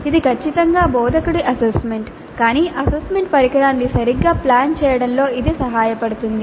ఇది ఖచ్చితంగా బోధకుడి అసెస్మెంట్ కానీ అసెస్మెంట్ పరికరాన్ని సరిగ్గా ప్లాన్ చేయడంలో ఇది సహాయపడుతుంది